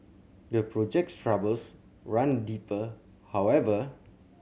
the project's troubles run deeper however